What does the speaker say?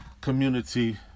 community